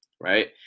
right